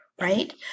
right